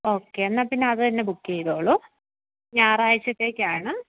okay എന്നാൽ പിന്നെ അതുതന്നെ ബുക്ക് ചെയ്തോളു ഞായറാഴ്ചത്തേക്കാണ്